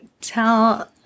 tell